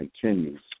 continues